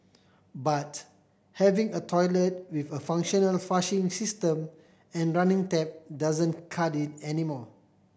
but having a toilet with a functional flushing system and running tap doesn't cut it anymore